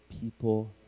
people